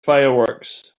fireworks